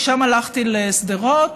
משם הלכתי לשדרות